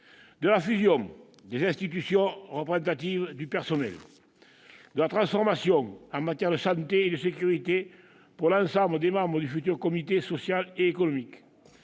de la fusion des institutions représentatives du personnel, de la formation en matière de santé et de sécurité pour l'ensemble des membres du futur comité social et économique,